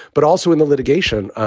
but also in the litigation.